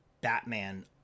Batman